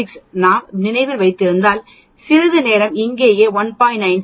96 நாம் நினைவில் வைத்திருந்தால்சிறிது நேரம் இங்கேயே இந்த 1